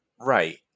right